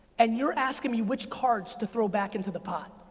and you're asking me which cards to throw back into the pot.